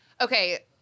Okay